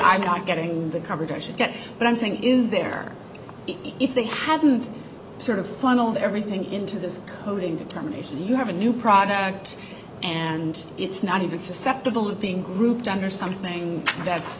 i'm not getting the coverage i should get what i'm saying is there if they hadn't sort of funneled everything into this coding determination to have a new product and it's not even susceptible of being grouped under something that's